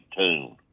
tune